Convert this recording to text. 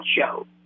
show